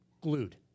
glued